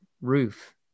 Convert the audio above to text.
roof